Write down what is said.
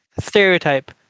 stereotype